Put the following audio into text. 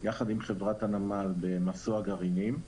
יחד עם חברת הנמל, במסוע גרעינים,